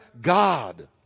God